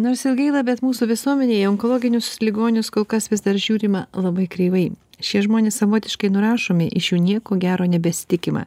nors ir gaila bet mūsų visuomenėj į onkologinius ligonius kol kas vis dar žiūrima labai kreivai šie žmonės savotiškai nurašomi iš jų nieko gero nebesitikima